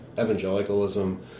evangelicalism